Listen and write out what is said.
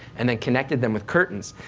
and then connected them with curtains.